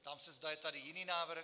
Ptám se, zda je tady jiný návrh?